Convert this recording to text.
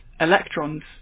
electrons